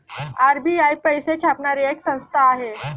RBI पैसे छापणारी एक संस्था आहे